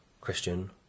Christian